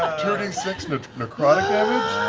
six necrotic damage?